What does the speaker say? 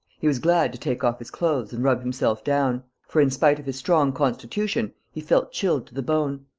he was glad to take off his clothes and rub himself down for, in spite of his strong constitution, he felt chilled to the bone.